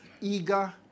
eager